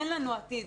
אין לנו עתיד.